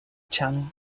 channel